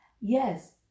Yes